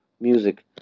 music